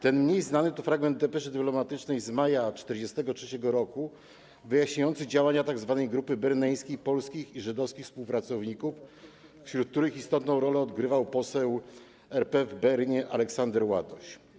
Ten mniej znany to fragment depeszy dyplomatycznej z maja 1943 r. wyjaśniający działania tzw. grupy berneńskiej, polskich i żydowskich współpracowników, wśród których istotną rolę odgrywał poseł RP w Bernie Aleksander Ładoś.